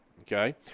Okay